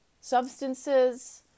substances